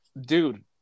dude